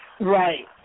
right